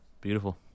Beautiful